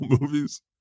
movies